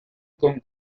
con